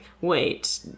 wait